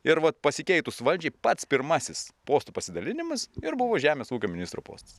ir vat pasikeitus valdžiai pats pirmasis postų pasidalinimas ir buvo žemės ūkio ministro postas